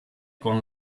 con